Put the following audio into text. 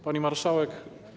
Pani Marszałek!